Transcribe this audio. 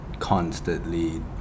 Constantly